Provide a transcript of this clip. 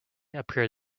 appear